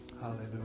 Hallelujah